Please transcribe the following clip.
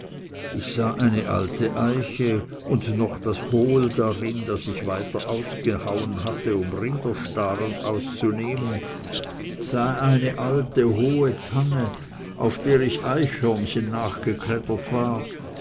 ich sah eine alte eiche und noch das hohl darin das ich weiter ausgehauen hatte um rinderstaren auszunehmen sah eine alte hohe tanne auf der ich eichhörnchen nachgeklettert war